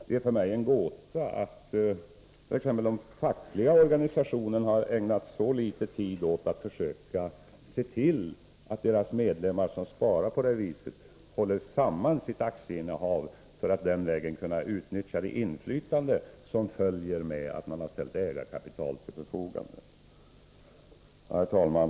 Det är för mig en gåta att exempelvis de fackliga organisationerna har ägnat så liten tid åt att försöka se till att deras medlemmar, som sparar på detta vis, håller samman sina aktieinnehav för att den vägen kunna utnyttja det inflytande som följer av att de har ställt ägarkapital till förfogande. Herr talman!